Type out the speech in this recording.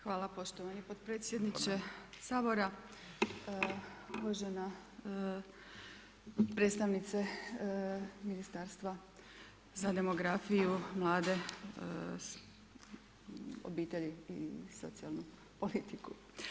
Hvala poštovani potpredsjedniče Sabora, uvažena predstavnice ministarstva za demografiju, mlade, obitelji i socijalnu politiku.